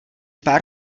pár